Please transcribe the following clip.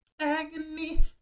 agony